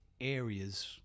areas